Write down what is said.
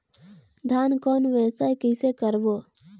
धान कौन व्यवसाय कइसे करबो?